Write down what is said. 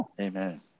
Amen